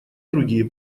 другие